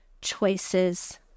choices